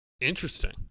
interesting